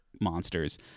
monsters